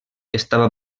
estava